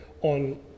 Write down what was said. on